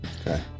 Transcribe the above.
Okay